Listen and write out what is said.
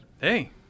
Hey